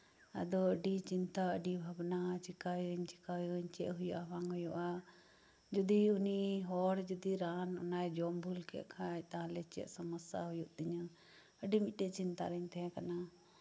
ᱟᱫᱚ ᱟᱹᱰᱤ ᱪᱤᱱᱛᱟᱹ ᱟᱹᱰᱤ ᱵᱷᱟᱵᱽᱱᱟ ᱪᱤᱠᱟᱹᱭᱟᱹᱧ ᱪᱤᱠᱟᱹᱭᱟᱹᱧ ᱪᱮᱫ ᱦᱩᱭᱩᱜᱼᱟ ᱵᱟᱝ ᱦᱩᱭᱩᱜᱼᱟ ᱡᱩᱫᱤ ᱩᱱᱤ ᱦᱚᱲ ᱡᱩᱫᱤ ᱨᱟᱱ ᱚᱱᱟᱭ ᱡᱚᱢ ᱵᱷᱩᱞ ᱠᱮᱫ ᱠᱷᱟᱱ ᱛᱟᱦᱚᱞᱮ ᱪᱮᱫ ᱥᱚᱢᱚᱥᱥᱟ ᱦᱩᱭᱩᱜ ᱛᱤᱧᱟᱹ ᱟᱹᱰᱤ ᱢᱤᱫᱴᱮᱱ ᱪᱤᱱᱛᱟᱹ ᱨᱤᱧ ᱛᱟᱦᱮᱸ ᱠᱟᱱᱟ